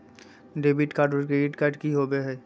Debit card और credit card की होवे हय?